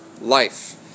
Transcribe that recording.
life